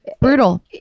Brutal